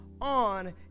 on